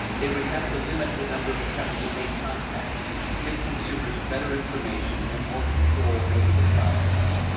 they would have to limit the number of attempts to make contact and should give consumers better information and more control over the process.